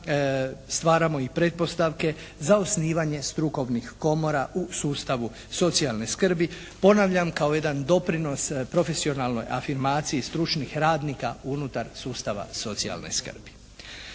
stvaramo i pretpostavke za osnivanje strukovnih komora u sustavu socijalne skrbi, ponavljam kao jedan doprinos profesionalnoj afirmaciji stručnih radnika unutar sustava socijalne skrbi.